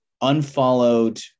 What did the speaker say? unfollowed